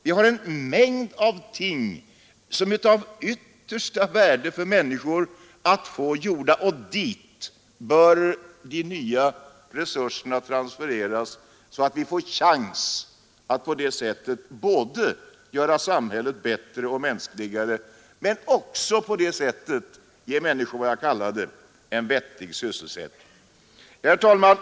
Vi har en mängd ting som är av yttersta värde för människorna att få gjorda, och dit bör de nya resurserna transfereras, så att vi får en chans att på det sättet göra samhället bättre och mänskligare och samtidigt ge människorna vad vi kallar en vettig sysselsättning. Herr talman!